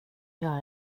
jag